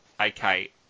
okay